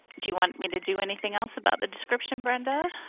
do you want me to do anything else about the description brenda,